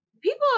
people